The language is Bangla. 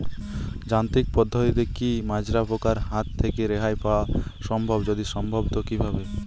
যান্ত্রিক পদ্ধতিতে কী মাজরা পোকার হাত থেকে রেহাই পাওয়া সম্ভব যদি সম্ভব তো কী ভাবে?